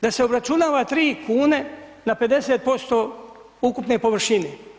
Da se obračunava 3 kn na 50% ukupne površine.